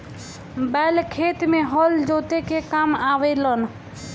बैल खेत में हल जोते के काम आवे लनअ